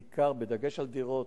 בעיקר בדגש על דירות.